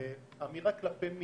אמירה כלפי מי?